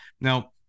Now